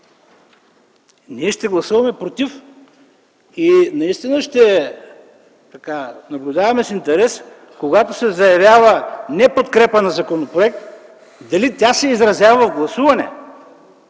Ние ще гласуваме против и наистина ще наблюдаваме с интерес, когато се заявява неподкрепа на законопроект, дали тя се изразява в гласуване,